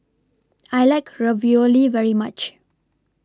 I like Ravioli very much